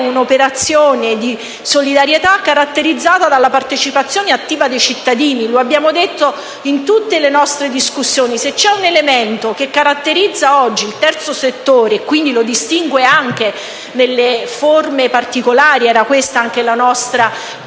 un'operazione di solidarietà, caratterizzata dalla partecipazione attiva dei cittadini. Lo abbiamo detto in tutte le nostre discussioni: se c'è un elemento che caratterizza oggi il terzo settore e quindi lo distingue anche da altre forme particolari - da ciò deriva anche la nostra